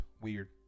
weird